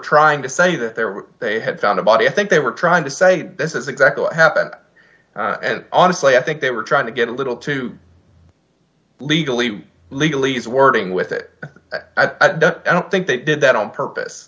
trying to say that there were they had found a body i think they were trying to say this is exactly what happened honestly i think they were trying to get a little too legally legally as wording with it i don't i don't think they did that on purpose